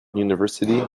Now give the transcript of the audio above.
university